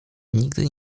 nigdy